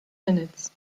minutes